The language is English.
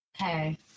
okay